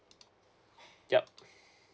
yup